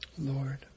Lord